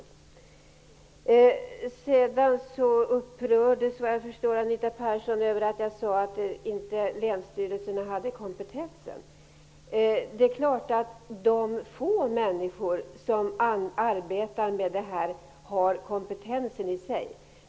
Sedan var Anita Persson upprörd över att jag sade att länsstyrelserna inte hade kompetensen. Det är klart att de få människor som arbetar med detta har kompetensen.